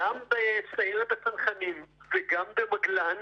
גם בסיירת הצנחנים וגם במגל"ן,